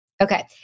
Okay